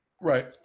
Right